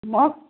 मग